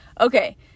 okay